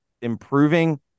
improving